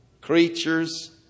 creatures